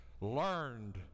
learned